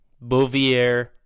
Bouvier